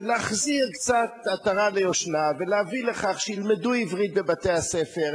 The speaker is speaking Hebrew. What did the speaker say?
להחזיר קצת עטרה ליושנה ולהביא לכך שילמדו עברית בבתי-הספר,